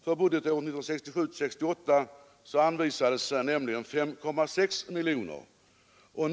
För budgetåret 1967/68 anvisades nämligen 5,6 miljoner kronor.